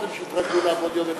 בואו, קודם שיתרגלו לעבוד יום אחד,